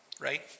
right